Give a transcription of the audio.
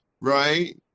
right